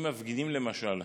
אם מפגינים, למשל,